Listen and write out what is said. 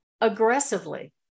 aggressively